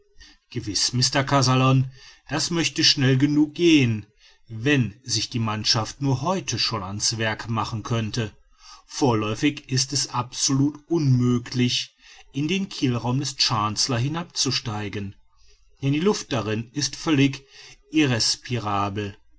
gewiß mr kazallon das möchte schnell genug gehen wenn sich die mannschaft nur heute schon an's werk machen könnte vorläufig ist es absolut unmöglich in den kielraum des chancellor hinabzusteigen denn die luft darin ist völlig